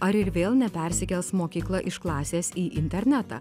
ar ir vėl nepersikels mokykla iš klasės į internetą